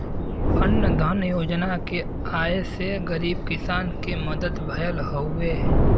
अन्न धन योजना के आये से गरीब किसान के मदद भयल हउवे